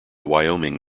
wyoming